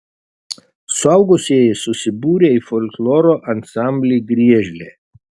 suaugusieji susibūrę į folkloro ansamblį griežlė